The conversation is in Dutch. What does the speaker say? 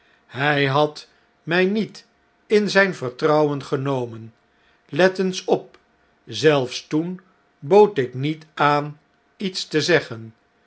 hjj had mij niet in zjjn vertrouwen genomen let eens op zelfs toen bood ik niet aan lets te zeggen